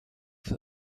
for